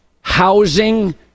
housing